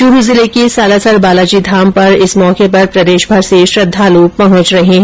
चूरू जिले के सालासर बालाजी धाम पर इस मौके पर प्रदेशभर से श्रद्वाल पहुंच रहे है